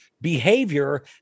behavior